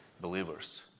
believers